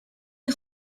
est